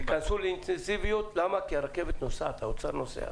תיכנסו לאינטנסיביות כי הרכבת נוסעת, האוצר נוסע.